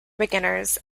beginners